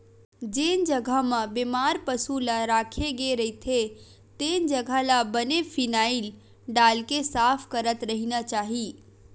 जेन जघा म बेमार पसु ल राखे गे रहिथे तेन जघा ल बने फिनाईल डालके साफ करत रहिना चाही